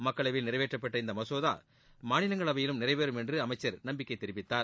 மக்களவையில் நிறைவேற்றப்பட்ட இந்த மசோதா மாநிலங்களவையிலும் நிறைவேறும் என்று அமைச்சர் நம்பிக்கை தெரிவித்தார்